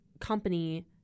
company